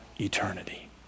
eternity